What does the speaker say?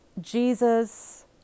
Jesus